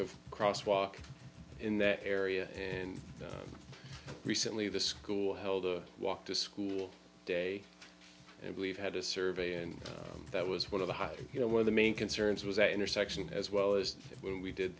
of crosswalk in that area and recently the school held a walk to school day and we've had a survey and that was one of the higher you know one of the main concerns was that intersection as well as we did